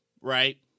right